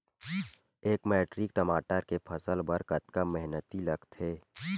एक मैट्रिक टमाटर के फसल बर कतका मेहनती लगथे?